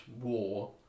war